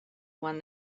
one